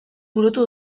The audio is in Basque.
burutu